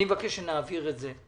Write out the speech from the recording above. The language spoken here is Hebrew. אני מבקש שנעביר את זה.